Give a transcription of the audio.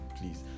please